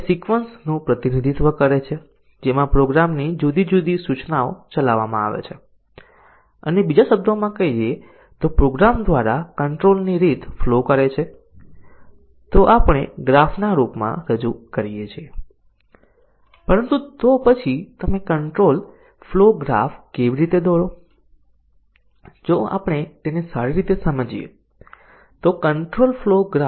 તે પહેલાં આપણે અહીં ફક્ત ઉલ્લેખ કરવો જોઈએ કે કન્ડિશન ડીસીઝન કવરેજ કરતા બહુવિધ કન્ડિશન નો ડીસીઝન કવરેજ એક મજબૂત કવરેજ છે અને આપણે જોયું હતું કે કન્ડિશન ડીસીઝન કવરેજ એ ડીસીઝન કવરેજ અને કન્ડિશન ના કવરેજ અને ડીસીઝન કવરેજ કરતાં વધુ મજબૂત ટેસ્ટીંગ છે